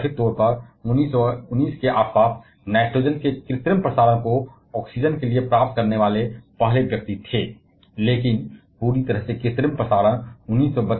Rutherford ने बार बार कहा था कि रदरफोर्ड 1919 के आसपास नाइट्रोजन का कृत्रिम संचारण ऑक्सीजन प्राप्त करने वाला पहला व्यक्ति था लेकिन पूरी तरह से कृत्रिम प्रसारण था